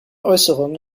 äußerungen